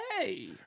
hey